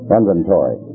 inventory